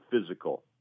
physical